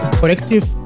collective